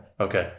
Okay